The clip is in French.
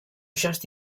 cherche